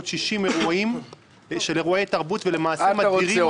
אירועי תרבות ולמעשה מדירים אותם --- מה אתה רוצה?